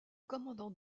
commandant